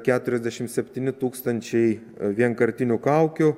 keturiasdešimt septyni tūkstančiai vienkartinių kaukių